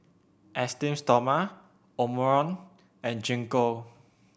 Esteem Stoma Omron and Gingko